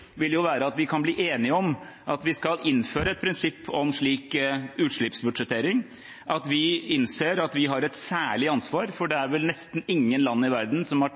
vil være at vi kan bli enige om at vi skal innføre et prinsipp om slik utslippsbudsjettering, og at vi innser at vi har et særlig ansvar, for det er vel nesten ingen land i verden som har